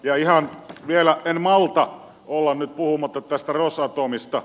ja vielä en malta olla nyt puhumatta tästä rosatomista